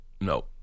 No